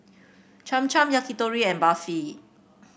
Cham Cham Yakitori and Barfi